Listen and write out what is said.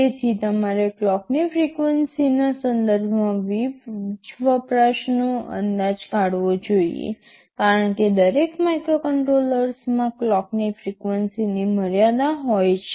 તેથી તમારે ક્લોકની ફ્રિક્વન્સીના સંદર્ભમાં વીજ વપરાશનો અંદાજ કાઢવો જોઈએ કારણ કે દરેક માઇક્રોકન્ટ્રોલરમાં ક્લોકની ફ્રિક્વન્સીની મર્યાદા હોય છે